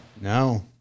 No